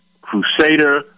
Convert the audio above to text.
crusader